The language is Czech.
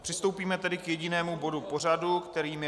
Přistoupíme tedy k jedinému bodu pořadu, kterým je